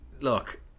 Look